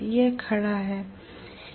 यह खड़ा है